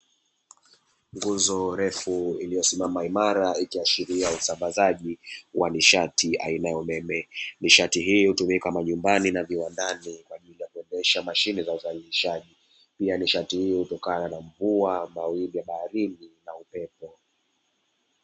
Nguzo refu iliyosimama imara ikiashiria usambazaji wa nishati aina ya umeme. Nishati hiyo hutumika majumbani na viwandani kwa ajili ya kuendesha mashine za uzalishaji. Pia nishati hiyo hutokana na mvua, mawimbi ya baharini na upepo.